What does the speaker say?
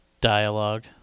dialogue